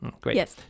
Great